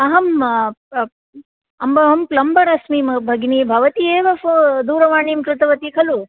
अहं प् अम्बं प्लम्बर् अस्मि म भगिनि भवती एव फोन् दूरवाणीं कृतवती खलु